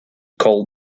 call